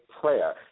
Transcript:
prayer